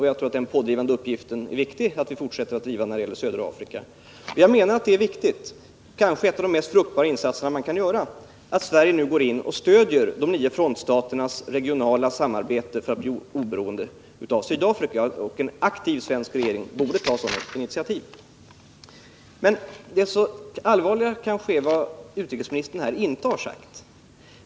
Jag tror att den här pådrivande uppgiften är viktig när det gäller södra Afrika. Det är viktigt — och det är kanske en av de mest fruktbara insatser man kan göra — att Sverige nu går in och stödjer de nio frontstaternas regionala samarbete för att bli oberoende av Sydafrika, och en aktiv svensk regering borde ta sådana initiativ. Det finns en sak som är allvarligare, men den har utrikesministern inte nämnt.